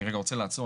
אני רוצה רגע לעצור,